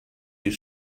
you